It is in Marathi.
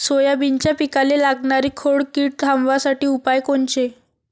सोयाबीनच्या पिकाले लागनारी खोड किड थांबवासाठी उपाय कोनचे?